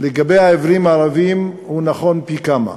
לגבי העיוורים הערבים הוא נכון פי-כמה.